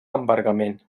embargament